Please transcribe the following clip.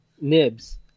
nibs